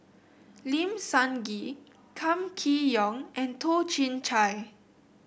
Lim Sun Gee Kam Kee Yong and Toh Chin Chye